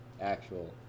actual